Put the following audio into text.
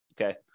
Okay